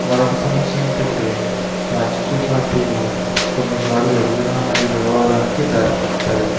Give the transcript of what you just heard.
మరొక సమస్య ఏమిటంటే రాజకీయ పార్టీలు కొన్ని సార్లు విభజన మరియు వివాదానికి దారి తీస్తాయి